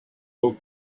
built